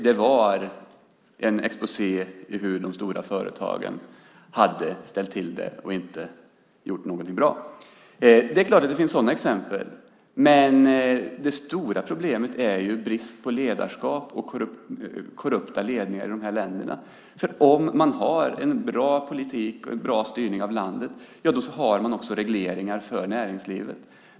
Det var en exposé över hur de stora företagen hade ställt till det och inte gjort någonting bra. Det är klart att det finns sådana exempel. Men det stora problemet är ju brist på ledarskap och korrupta ledningar i de här länderna. Om man har en bra politik och en bra styrning av landet har man också regleringar för näringslivet.